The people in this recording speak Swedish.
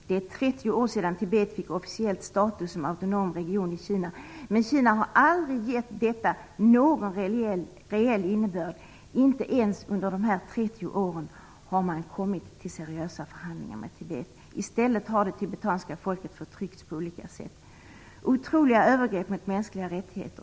Det är 30 år sedan Tibet fick officiell status som autonom region i Kina, men Kina har aldrig gett detta någon reell innebörd. Inte ens under de här 30 åren har man kommit till seriösa förhandlingar med Tibet. I stället har det tibetanska folket förtryckts på olika sätt. Det har skett övergrepp mot mänskliga rättigheter.